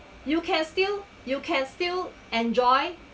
you can still you can still enjoy